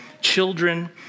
children